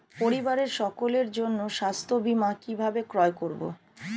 পরিবারের সকলের জন্য স্বাস্থ্য বীমা কিভাবে ক্রয় করব?